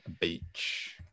Beach